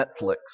Netflix